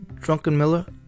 Drunkenmiller